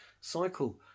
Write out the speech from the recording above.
cycle